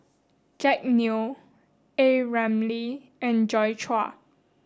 Jack Neo A Ramli and Joi Chua